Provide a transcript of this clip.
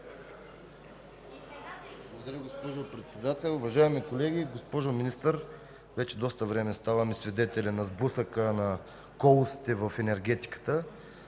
Уважаема госпожо Председател, уважаеми колеги, господин Министър! Вече доста време ставаме свидетели на сблъсъка на колосите в енергетиката.